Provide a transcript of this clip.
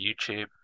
YouTube